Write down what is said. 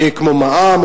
כמו מע"מ,